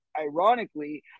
Ironically